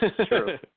True